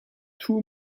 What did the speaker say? two